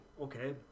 okay